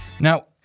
Now